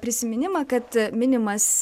prisiminimą kad minimas